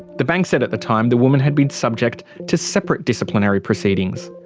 the bank said at the time the woman had been subject to separate disciplinary proceedings.